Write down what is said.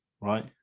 right